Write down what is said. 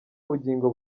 bugingo